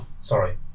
sorry